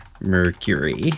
Mercury